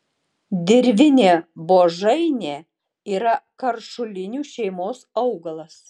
dirvinė buožainė yra karšulinių šeimos augalas